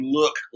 look